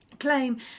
claim